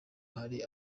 hari